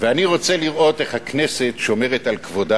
ואני רוצה לראות איך הכנסת שומרת על כבודה